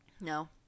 No